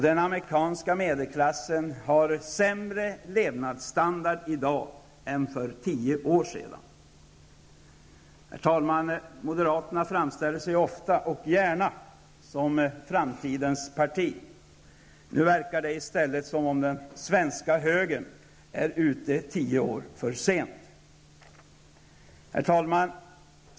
Den amerikanska medelklassen har sämre levnadsstandard i dag än för tio år sedan. Herr talman! Moderaterna framställer sig ofta och gärna som framtidens parti. Nu verkar det i stället som om den svenska högern är ute tio år för sent. Herr talman!